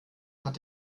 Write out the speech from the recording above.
hat